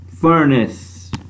furnace